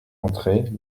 entrée